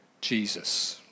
Jesus